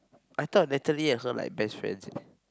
I thought Natalie and her like best friends eh